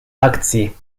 akcji